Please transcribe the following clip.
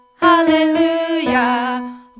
Hallelujah